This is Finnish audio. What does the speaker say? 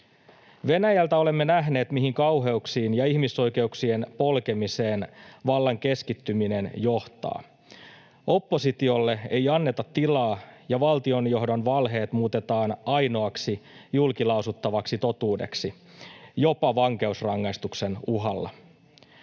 Venäjältä olemme nähneet, mihin kauheuksiin ja ihmisoikeuksien polkemiseen vallan keskittyminen johtaa. Oppositiolle ei anneta tilaa, ja valtionjohdon valheet muutetaan ainoaksi julkilausuttavaksi totuudeksi jopa vankeusrangaistuksen uhalla.